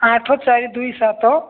ଆଠ ଚାରି ଦୁଇ ସାତ